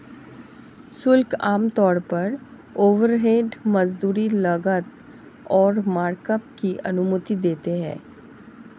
शुल्क आमतौर पर ओवरहेड, मजदूरी, लागत और मार्कअप की अनुमति देते हैं